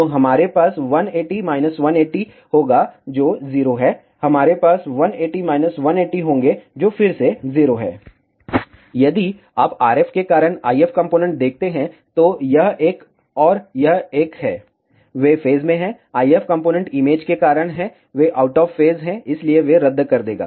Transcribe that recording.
तो हमारे पास 180 180 होगा जो 0 है हमारे पास 180 180 होंगे जो फिर से 0 है यदि आप RF के कारण IF कॉम्पोनेन्ट देखते हैं तो यह एक और यह एक है वे फेज में हैं IF कॉम्पोनेन्ट इमेज के कारण हैं वे आउट ऑफ फेज हैं इसलिए वे रद्द कर देगा